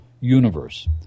universe